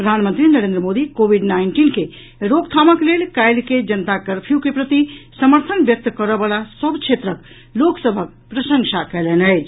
प्रधानमंत्री Narendra Modi covid nineteen के रोकथामक लेल काल्हि के जनता कर्फयू के प्रति समर्थन व्यक्त करऽ वला सभ क्षेत्रक लोक सभक प्रशंसा कयलनि अछि